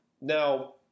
Now